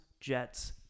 Jets